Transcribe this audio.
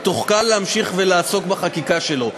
היא תוכל להמשיך ולעסוק בחקיקה שלו.